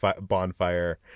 bonfire